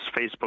Facebook